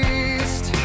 east